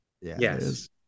Yes